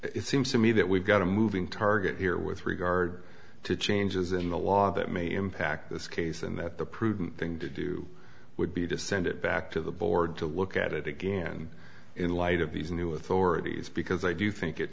it seems to me that we've got a moving target here with regard to changes in the law that may impact this case and that the prudent thing to do would be to send it back to the board to look at it again in light of these new authorities because i do think it